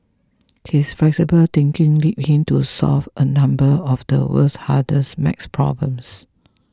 his flexible thinking led him to solve a number of the world's hardest math problems